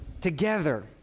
Together